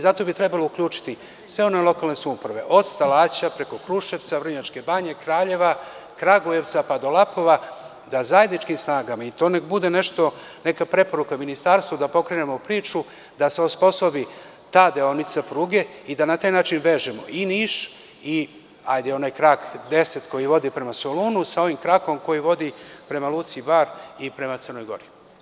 Zato bi trebalo uključiti sve one lokalne samouprave, od Stalaća preko Kruševca, Vrnjačke banje, Kraljeva, Kragujevca, pa do Lapova, da zajedničkim snagama, i to nek bude neka preporuka Ministarstvu, da pokrenemo priču da se osposobi ta deonica pruge i da na taj način vežemo i Niš i onaj krak 10 koji vodi prema Solunu, sa ovim krakom koji vodi prema luci Bar i prema Crnoj Gori.